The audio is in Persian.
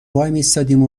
وایمیستادیم